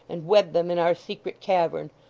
and wed them in our secret cavern.